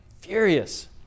furious